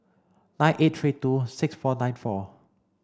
nine eight three two six four nine four